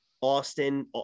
Austin